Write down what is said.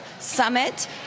Summit